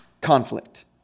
conflict